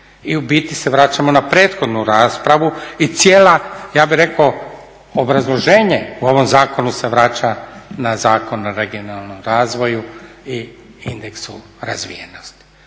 I u biti se vraćamo na prethodno raspravu i cijela ja bi rekao obrazloženje u ovom zakonu se vraća na Zakon o regionalnom razvoju i indeksu razvijenosti.